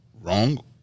wrong